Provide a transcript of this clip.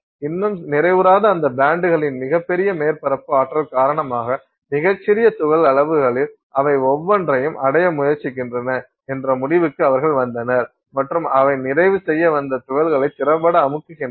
இன்னும் நிறைவுறாத அந்த பேண்டுகளின் மிகப் பெரிய மேற்பரப்பு ஆற்றல் காரணமாக மிகச் சிறிய துகள் அளவுகளில் அவை ஒவ்வொன்றையும் அடைய முயற்சிக்கின்றன என்ற முடிவுக்கு அவர்கள் வந்தனர் மற்றும் அவை நிறைவு செய்ய அந்த துகள்களை திறம்பட அமுக்குகின்றன